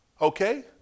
Okay